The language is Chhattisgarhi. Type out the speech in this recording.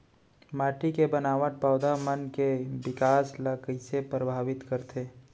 माटी के बनावट पौधा मन के बिकास ला कईसे परभावित करथे